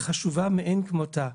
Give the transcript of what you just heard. חשובה מאין כמותה.